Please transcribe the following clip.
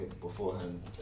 beforehand